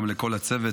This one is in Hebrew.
גם כל הצוות,